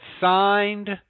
signed